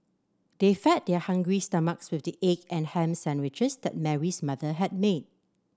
they fed their hungry stomachs with the egg and ham sandwiches that Mary's mother had made